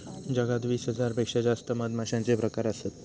जगात वीस हजार पेक्षा जास्त मधमाश्यांचे प्रकार असत